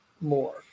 more